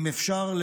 אם אפשר,